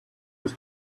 was